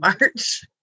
march